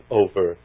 over